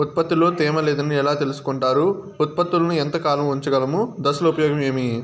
ఉత్పత్తి లో తేమ లేదని ఎలా తెలుసుకొంటారు ఉత్పత్తులను ఎంత కాలము ఉంచగలము దశలు ఉపయోగం ఏమి?